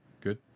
good